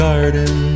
Garden